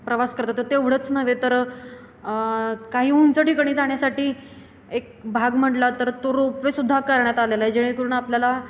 प्रवास करता येतो तेवढंच नव्हे तर काही उंच ठिकाणी जाण्यासाठी एक भाग म्हटला तर तो रोपवेसुद्धा करण्यात आलेला आहे जेणेकरून आपल्याला